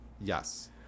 Yes